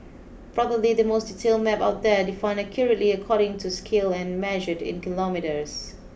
probably the most detailed map out there defined accurately according to scale and measured in kilometres